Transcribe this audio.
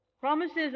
promises